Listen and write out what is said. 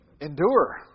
endure